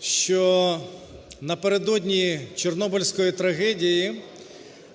що напередодні Чорнобильської трагедії